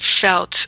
felt